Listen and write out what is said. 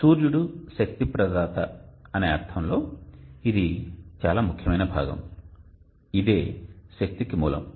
"సూర్యుడు శక్తి ప్రదాత" అనే అర్థంలో ఇది చాలా ముఖ్యమైన భాగం ఇదే శక్తికి మూలం